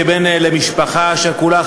כבן למשפחה שכולה,